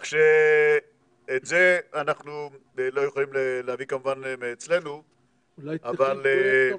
את זה אנחנו לא יכולים להביא כמובן מאצלנו --- אולי צריכים